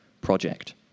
project